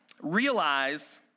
realize